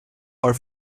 are